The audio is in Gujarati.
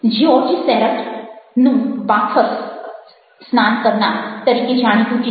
જ્યોર્જ સેરટ નું બાથર્સ Bathers સ્નાન કરનાર તરીકે જાણીતું ચિત્ર